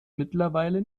mittlerweile